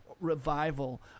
revival